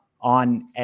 on